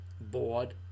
bored